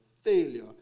failure